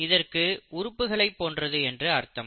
இதற்கு உறுப்புகளை போன்றது என்று அர்த்தம்